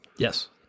Yes